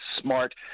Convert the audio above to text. smart